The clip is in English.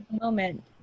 Moment